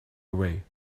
away